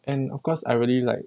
and of course I really like